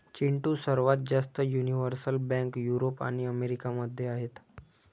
चिंटू, सर्वात जास्त universal bank Europe आणि अमेरिका मध्ये आहेत